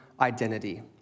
identity